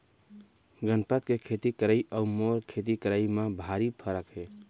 गनपत के खेती करई अउ मोर खेती करई म भारी फरक हे